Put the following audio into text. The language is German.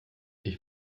ich